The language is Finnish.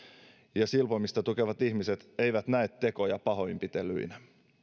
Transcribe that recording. ja silpomista tukevat ihmiset eivät näe tekoja pahoinpitelyinä